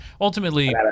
ultimately